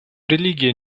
религия